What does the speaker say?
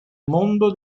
mondo